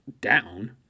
down